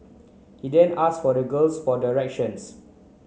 he then asked for the girl for directions